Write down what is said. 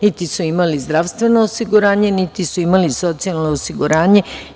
Niti su imali zdravstveno osiguranje, niti su imali socijalno osiguranje.